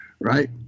right